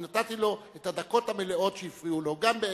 נתתי לו את הדקות המלאות שהפריעו לו גם באמצע,